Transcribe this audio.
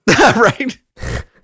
Right